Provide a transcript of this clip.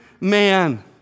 man